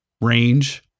range